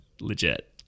legit